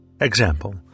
Example